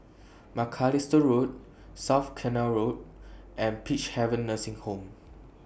Macalister Road South Canal Road and Peacehaven Nursing Home